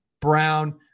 Brown